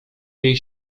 jej